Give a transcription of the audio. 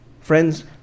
Friends